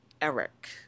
Eric